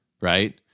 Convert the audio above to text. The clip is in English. right